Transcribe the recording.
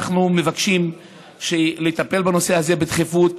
אנחנו מבקשים לטפל בנושא הזה בדחיפות,